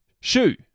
shoe